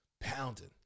pounding